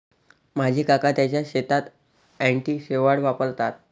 माझे काका त्यांच्या शेतात अँटी शेवाळ वापरतात